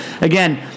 Again